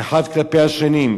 אחד כלפי השני,